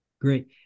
Great